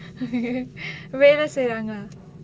வேல செய்றாங்கலா:vela seiraangalaa